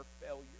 failure